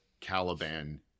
caliban